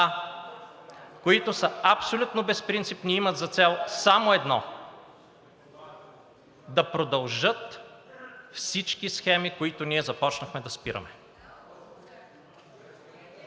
които са абсолютно безпринципни и имат за цел само едно – да продължат всички схеми, които ние започнахме да спираме.